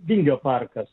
vingio parkas